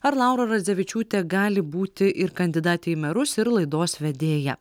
ar laura radzevičiūtė gali būti ir kandidatė į merus ir laidos vedėja